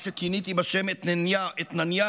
מה שכיניתי בשם "אתנניהו"